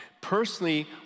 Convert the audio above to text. Personally